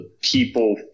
people